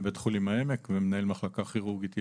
בבית חולים העמק ומנהל מחלקה כירורגית ילדים.